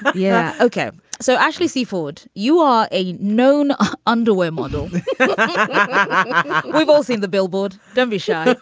yeah, okay. so, ashley, seafood, you are a known underwear model but we've all seen the billboard. don't be shy.